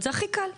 זה הכי קל.